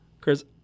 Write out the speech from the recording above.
Chris